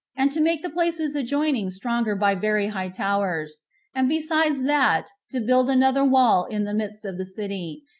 and to make the places adjoining stronger by very high towers and besides that, to build another wall in the midst of the city,